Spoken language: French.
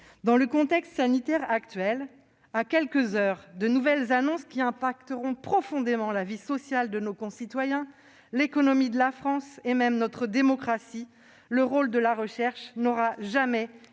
Dans le contexte sanitaire actuel, à quelques heures de nouvelles annonces qui impacteront profondément la vie sociale de nos concitoyens, l'économie de la France et même notre démocratie, le rôle de la recherche n'aura jamais